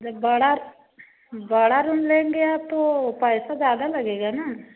एक बड़ा बड़ा रूम लेंगे आप तो पैसा ज़्यादा लगेगा ना